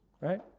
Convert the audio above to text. Right